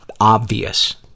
obvious